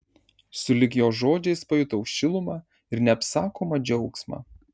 sulig jo žodžiais pajutau šilumą ir neapsakomą džiaugsmą